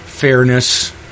Fairness